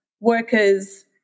workers